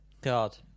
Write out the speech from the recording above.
God